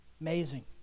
Amazing